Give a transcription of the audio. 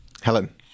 Helen